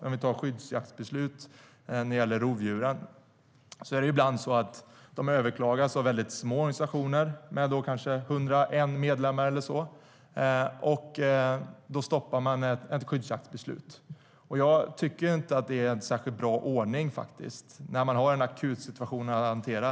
När vi tar skyddsjaktsbeslut när det gäller rovdjuren är det ibland så att de överklagas av väldigt små organisationer, med kanske 101 medlemmar eller så, vilket då stoppar ett skyddsjaktsbeslut. Jag tycker faktiskt inte att detta är en särskilt bra ordning när man har en akutsituation att hantera.